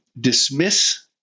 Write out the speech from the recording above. dismiss